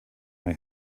know